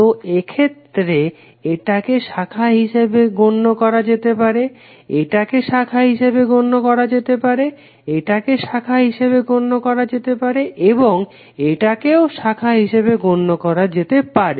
তো এই ক্ষেত্রে এটাকে শাখা হিসাবে গণ্য করা যেতে পারে এটাকে শাখা হিসাবে গণ্য করা যেতে পারে এটাকে শাখা হিসাবে গণ্য করা যেতে পারে এবং এটাকেও শাখা হিসাবে গণ্য করা যেতে পারে